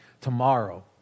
Tomorrow